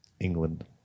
England